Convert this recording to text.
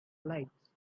lights